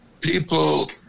people